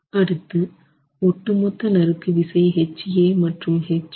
அடுத்து ஒட்டு மொத்த நறுக்கு விசை H A மற்றும் H B